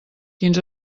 quins